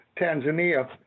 Tanzania